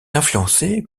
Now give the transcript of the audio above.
influencée